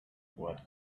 what